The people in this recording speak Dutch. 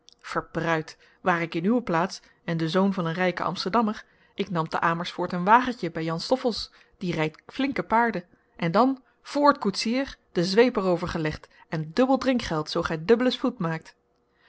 verbruid ware ik in uwe plaats en de zoon van een rijken amsterdammer ik nam te amersfoort een wagentje bij jan stoffelsz die rijdt flinke paarden en dan voort koetsier den zweep er over gelegd en dubbel drinkgeld zoo gij dubbelen spoed maakt